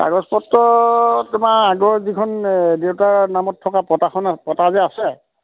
কাগজ পত্ৰ তোমাৰ আগৰ যিখন দেউতাৰ নামত থকা পটাখন পটা যে আছে